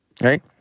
right